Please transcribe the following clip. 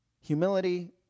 Humility